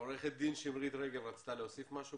עו"ד שמרית רגב רצתה להוסיף משהו.